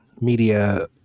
media